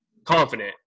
confident